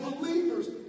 believers